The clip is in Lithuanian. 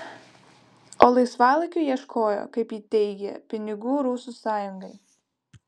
o laisvalaikiu ieškojo kaip ji teigė pinigų rusų sąjungai